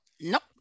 Nope